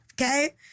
Okay